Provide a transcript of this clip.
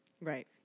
right